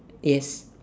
yes